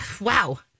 Wow